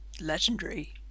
legendary